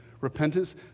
repentance